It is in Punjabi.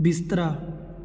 ਬਿਸਤਰਾ